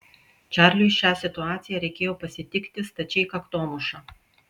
čarliui šią situaciją reikėjo pasitikti stačiai kaktomuša